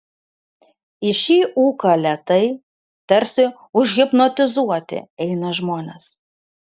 į šį ūką lėtai tarsi užhipnotizuoti eina žmonės